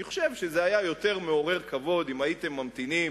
אני חושב שהיה יותר מעורר כבוד אם הייתם ממתינים